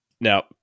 Now